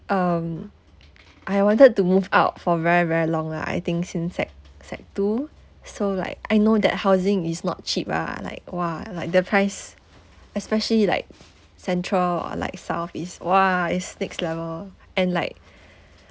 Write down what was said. um I wanted to move out for very very long lah I think since sec sec two so like I know that housing is not cheap ah like !wah! like the price especially like central or like southeast !wah! it's next level and like